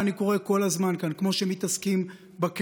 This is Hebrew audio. ואני קורא כל הזמן כאן: כמו שמתעסקים בכנסת,